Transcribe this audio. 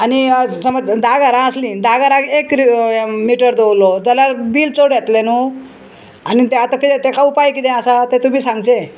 आनी समज धा घरां आसलीं धा घराक एक मिटर दवरलो जाल्यार बील चड येतलें न्हू आनी तें आतां कितें तेका उपाय किदें आसा तें तुमी सांगचें